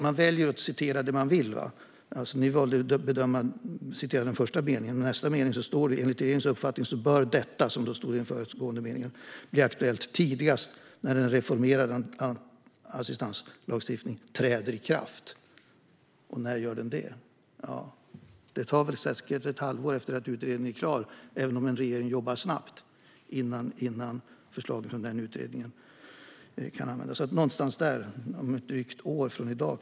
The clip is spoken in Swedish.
Man väljer att citera det man vill. Ni valde att citera den första meningen, men i nästa mening står det att enligt regeringens uppfattning bör detta - som då stod i den föregående meningen - bli aktuellt tidigast när en reformerad assistanslagstiftning träder i kraft. Och när gör den det? Det tar väl säkert ett halvår efter att utredningen är klar innan förslaget kan användas, även om en regering jobbar snabbt, så någonstans där, kanske om drygt ett år från i dag.